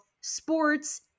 sports